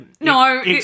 No